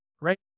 right